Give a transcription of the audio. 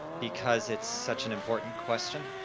because it's such an important question.